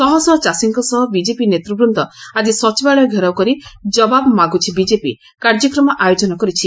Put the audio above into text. ଶହଶହ ଚାଷୀଙ୍କ ସହ ବିଜେପି ନେତୃବୃନ୍ଦ ଆଜି ସଚିବାଳୟ ଘେରାଉ କରି 'ଜବାବ ମାଗୁଛି ବିଜେପି' କାର୍ଯ୍ୟକ୍ରମ ଆୟୋଜନ କରିଛି